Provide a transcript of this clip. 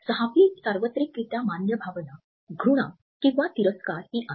सहावी सार्वत्रिकरित्या मान्य भावना 'घृणा' किंवा 'तिरस्कार' ही आहे